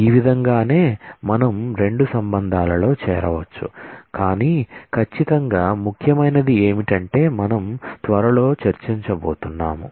ఈ విధంగానే మనం రెండు రిలేషన్ లో చేరవచ్చు కాని ఖచ్చితంగా ముఖ్యమైనది ఏమిటంటే మనం త్వరలో చర్చించబోతున్నాం